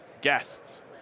guests